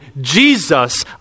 Jesus